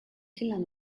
zealand